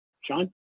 Sean